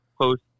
post